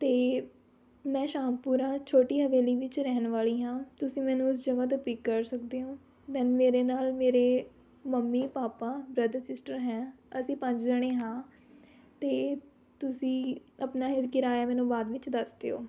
ਅਤੇ ਮੈਂ ਸ਼ਾਮਪੁਰਾ ਛੋਟੀ ਹਵੇਲੀ ਵਿੱਚ ਰਹਿਣ ਵਾਲੀ ਹਾਂ ਤੁਸੀਂ ਮੈਨੂੰ ਉਸ ਜਗ੍ਹਾ ਤੋਂ ਪਿੱਕ ਕਰ ਸਕਦੇ ਹੋ ਦੈਨ ਮੇਰੇ ਨਾਲ ਮੇਰੇ ਮੰਮੀ ਪਾਪਾ ਬ੍ਰਦਰ ਸਿਸਟਰ ਹੈ ਅਸੀਂ ਪੰਜ ਜਣੇ ਹਾਂ ਅਤੇ ਤੁਸੀਂ ਆਪਣਾ ਕਿਰਾਇਆ ਮੈਨੂੰ ਬਆਦ ਵਿੱਚ ਦੱਸ ਦਿਉ